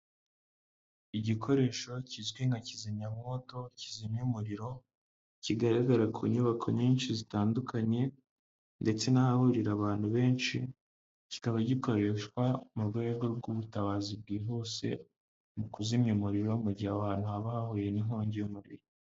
Igikoresho kizwi nka kizimyamwoto kizimya umuriro kigaragara ku nyubako nyinshi zitandukanye ndetse n'ahahurira abantu benshi, kikaba gikoreshwa mu rwego rw'ubutabazi bwihuse mu kuzimya umuriro mu gihe aho ahantu haba hahuye n'inkongi y'umuriro.